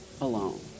alone